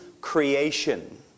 creation